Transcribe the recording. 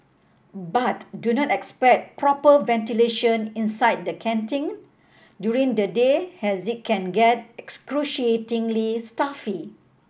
but do not expect proper ventilation inside the canteen during the day as it can get excruciatingly stuffy